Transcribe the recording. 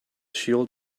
shield